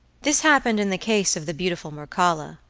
this happened in the case of the beautiful mircalla,